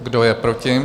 Kdo je proti?